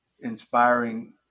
inspiring